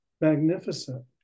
magnificent